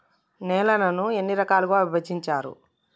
నేలలను ఎన్ని రకాలుగా విభజించారు?